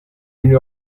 une